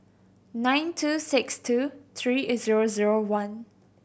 nine two six two three zero zero one